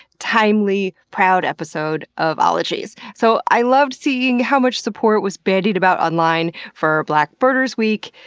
timely, proud episode of ologies. so i loved seeing how much support was bandied about online for black birders' week.